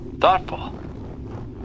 Thoughtful